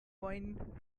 wine